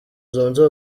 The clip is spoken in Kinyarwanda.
zunze